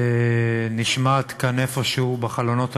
נשמעת כאן איפשהו בחלונות הגבוהים,